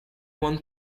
one